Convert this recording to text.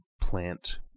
plant